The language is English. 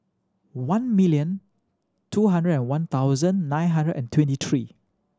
one million two hundred and one thousand nine hundred and twenty three